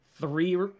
three